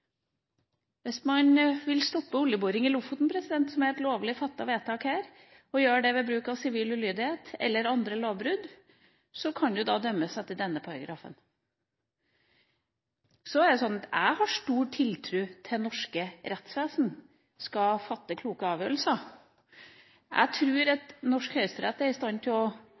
Hvis man vil stoppe oljeboring i Lofoten, som er et lovlig fattet vedtak her, og gjør det ved å bruke sivil ulydighet eller ved andre lovbrudd, så kan de da dømmes etter denne paragrafen. Jeg har stor tiltro til at det norske rettsvesen fatter kloke avgjørelser. Jeg tror at norsk høyesterett er i stand til å